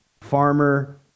Farmer